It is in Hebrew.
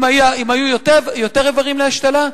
אם היו יותר איברים להשתלה,